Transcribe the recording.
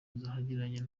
ugereranyije